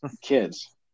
kids